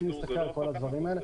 צריכים להסתכל על כל הדברים האלה.